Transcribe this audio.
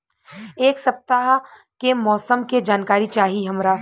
एक सपताह के मौसम के जनाकरी चाही हमरा